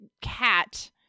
cat